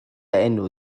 enw